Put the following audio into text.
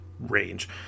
range